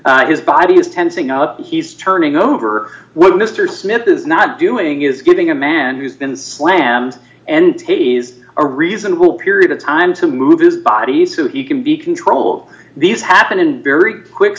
up he's turning over what mr smith is not doing is giving a man who's been slammed and tase a reasonable period of time to move his body so he can be controlled these happen in very quick